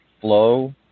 flow